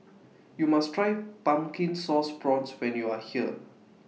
YOU must Try Pumpkin Sauce Prawns when YOU Are here